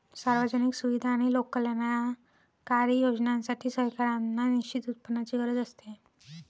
सार्वजनिक सुविधा आणि लोककल्याणकारी योजनांसाठी, सरकारांना निश्चित उत्पन्नाची गरज असते